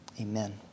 Amen